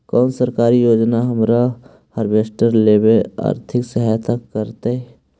कोन सरकारी योजना हमरा हार्वेस्टर लेवे आर्थिक सहायता करतै?